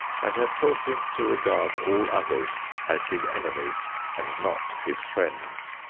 and have taught him to regard all others as his enemies and not his friends.